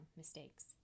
mistakes